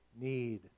need